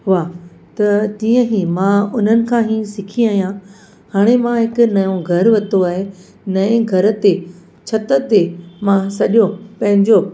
हुआ त तीहं ई मां उन्हनि खां ई सिखी आहियां हाणे मां हिकु नओं घरु वरितो आहे नएं घर ते छित ते मां सॼो पंहिंजो